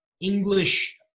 english